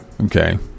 okay